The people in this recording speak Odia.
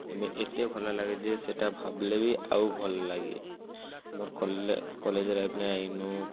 ଏତେ ଭଲ ଲାଗେ ଯେ ସେଇଟା ଭାବିଲେ ବି ଆଉ ଭଲ ଲାଗେ ମୋର କଲେଜ୍ ଲାଇଫ୍ନେ ଇନୁ